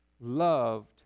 loved